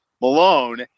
Malone